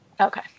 Okay